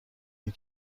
این